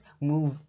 move